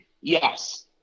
Yes